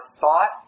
thought